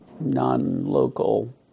non-local